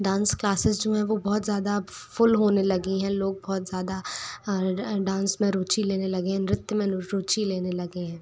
dance classes में भी बहुत ज़्यादा फुल होने लगी है लोग बहुत ज़्यादा डांस में रुचि लेने लगे नृत्य में रुचि लेने लगे हैं